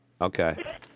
Okay